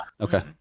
Okay